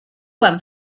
van